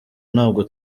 ntabwo